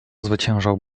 zwyciężał